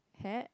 hat